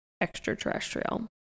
extraterrestrial